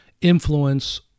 influence